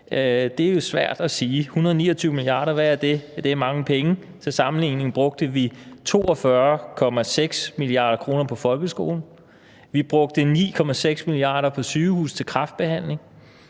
er jo svært at sige. 129 mia. kr., hvad er det? Det er mange penge. Til sammenligning brugte vi 42,6 mia. kr. på folkeskolen. Vi brugte 9,6 mia. kr. på sygehuse til kræftbehandling.